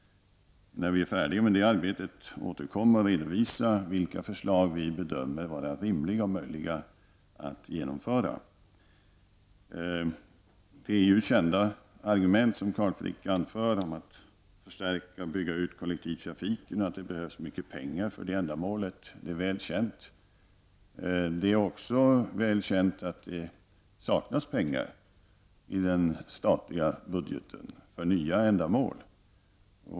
När vi är färdiga med det arbetet får vi återkomma och redovisa vilka förslag som vi bedömer vara rimliga och möjliga att genomföra. Carl Frick anförde kända argument, som att förstärka och bygga ut kollektivtrafiken. Han sade att det behövs mycket pengar för det ändamålet, och det är ju väl känt. Det är också väl känt att det saknas pengar i den statliga budgeten för nya ändamål.